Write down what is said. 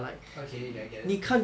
okay I get it